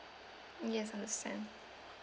yes understand